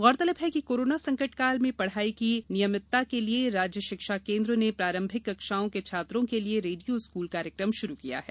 गौरतलब है कि कोरोना संकटकाल में पढ़ाई की नियमितता के लिए राज्य शिक्षा केन्द्र ने प्रारंभिक कक्षाओं के छात्रों के लिए रेडियो स्कूल कायर्क्रम शुरू किया है